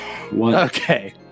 Okay